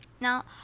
Now